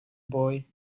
boy